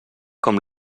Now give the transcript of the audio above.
com